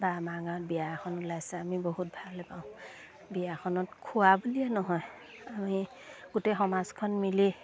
বা আমাৰ গাঁৱত বিয়া এখন ওলাইছে আমি বহুত ভাল পাওঁ বিয়াখনত খোৱা বুলিয়ে নহয় আমি গোটেই সমাজখন মিলি